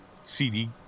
CD